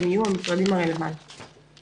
הם יהיו המשרדים הרלבנטיים.